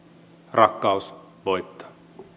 rakkaus voittaa